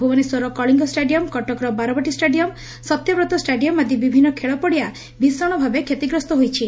ଭୁବନେଶ୍ୱରର କଳିଙ୍ଙ ଷ୍ଟାଡିୟମ କଟକର Barabati stadium Satyabrata stadium ଆଦି ବିଭିନୁ ଖେଳପଡିଆ ଭୀଷଣଭାବେ କ୍ଷତିଗ୍ରସ୍ଠ ହୋଇଛି